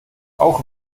auch